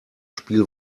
spiel